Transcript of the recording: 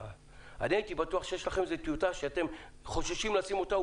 אני הייתי בטוח שיש לכם איזו טיוטה שאתם חוששים לשים אותה,